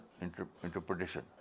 interpretation